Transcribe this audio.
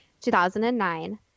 2009